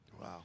Wow